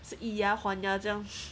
是以牙还牙这样子